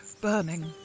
...burning